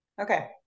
okay